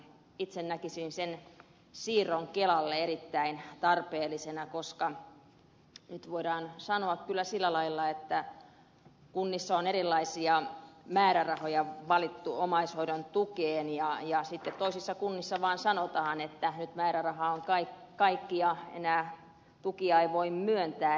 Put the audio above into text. itse näkisin sen siirron kelalle erittäin tarpeellisena koska nyt voidaan sanoa kyllä sillä lailla että kunnissa on erilaisia määrärahoja osoitettu omaishoidon tukeen ja sitten toisissa kunnissa vaan sanotaan että nyt määräraha on kaikki ja tukia ei enää voi myöntää